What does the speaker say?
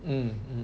mm mm